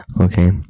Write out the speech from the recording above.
Okay